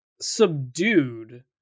subdued